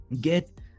get